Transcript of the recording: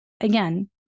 again